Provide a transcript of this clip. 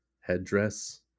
headdress